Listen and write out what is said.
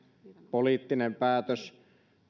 poliittinen päätös